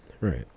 right